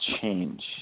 change